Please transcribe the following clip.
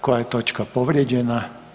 Koja je točka povrijeđena?